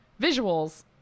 visuals